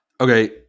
Okay